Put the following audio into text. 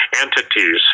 entities